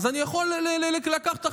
אז אני יכול לקחת אחריות,